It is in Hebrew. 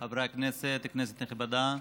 חברי הכנסת, כנסת נכבדה,